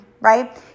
right